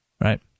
right